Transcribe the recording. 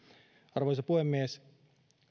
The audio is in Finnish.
arvoisa puhemies